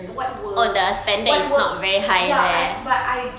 what works what works ya I but I